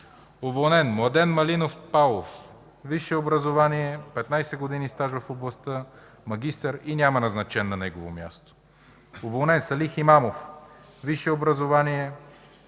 Уволнен: Младен Малинов Палов. Висше образование, 15 години стаж в областта, магистър и няма назначен на негово място. Уволнен: Сали Химамов. Висше образование,